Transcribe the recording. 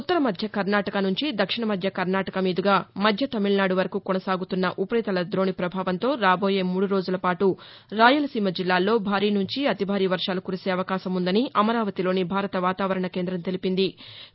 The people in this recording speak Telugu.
ఉత్తర మధ్య కర్నాటక నుంచి దక్షిణ మధ్య కర్నాటక మీదుగా మధ్య తమిళనాడు వరకూ కొనసాగుతున్న ఉపరితల దోణి ప్రభావంతో రాబోయే మూడు రోజుల పాటు రాయలసీమ జిల్లాల్లో భారీ నుంచి అతి భారీ వర్వాలు కురిసే అవకాశం ఉందని అమరావతిలోని భారత వాతావరణ కేంద్రం తెలిపింది